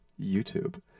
youtube